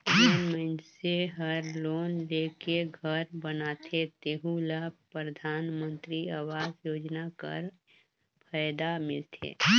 जेन मइनसे हर लोन लेके घर बनाथे तेहु ल परधानमंतरी आवास योजना कर फएदा मिलथे